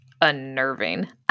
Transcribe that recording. unnerving